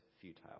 futile